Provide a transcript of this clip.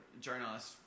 journalist